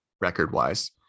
record-wise